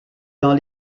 dans